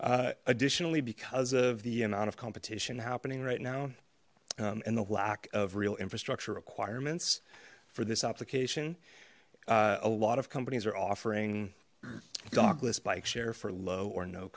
additionally because of the amount of competition happening right now in the lack of real infrastructure requirements for this application a lot of companies are offering dogless bike share for low or no